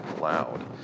loud